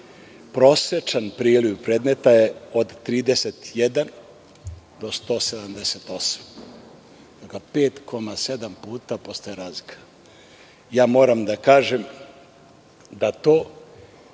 prosečan priliv predmeta je od 31 do 178, pa 5,7 puta postaje razlika. Moram da kažem da je